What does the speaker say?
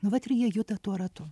nu vat ir jie juda tuo ratu